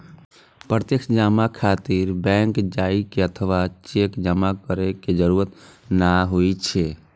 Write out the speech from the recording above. प्रत्यक्ष जमा खातिर बैंक जाइ के अथवा चेक जमा करै के जरूरत नै होइ छै